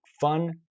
fun